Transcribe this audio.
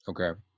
Okay